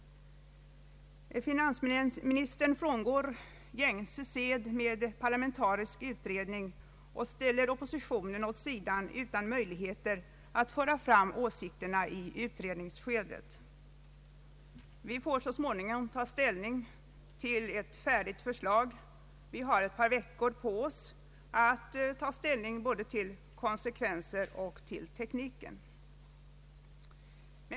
Finansministern frångår gängse sed med parlamentarisk utredning och ställer oppositionen åt sidan utan möjligheter att framföra åsikter i utredningsskedet. Vi får så småningom ta ställning till ett färdigt förslag, har två veckor på oss att ta ställning både till konsekvenserna och tekniken.